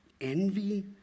envy